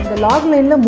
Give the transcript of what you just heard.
logline